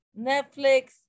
netflix